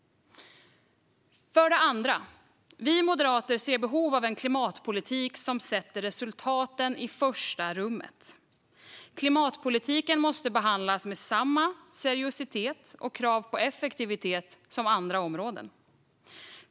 För det andra: Vi moderater ser behov av en klimatpolitik som sätter resultaten i första rummet. Klimatpolitiken måste behandlas med samma seriositet och krav på effektivitet som andra områden.